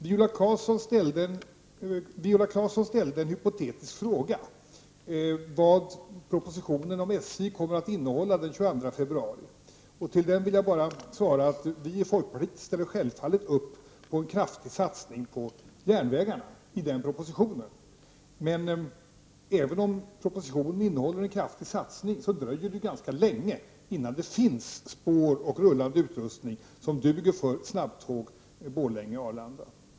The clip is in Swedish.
Viola Claesson ställde en hypotetisk fråga beträffande vad propositionen om SJ den 22 februari kommer att innehålla. Jag vill bara svara att vi i folkpartiet självfallet ställer upp på en kraftig satsning på järnvägarna. Men även om propositionen innehåller en kraftig satsning, dröjer det ganska länge innan det finns spår och rullande utrustning som duger för ett snabbtåg Borlänge-Arlanda.